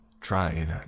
trying